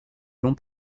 long